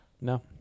No